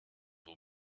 will